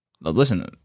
Listen